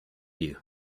you